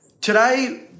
today